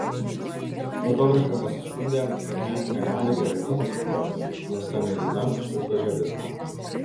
fotografė pasiskundė kad net negali gerai fotografuoti nes ta mėlyna užgožia viską